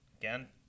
again